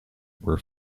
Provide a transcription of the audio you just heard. were